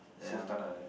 Sultana like that